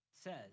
says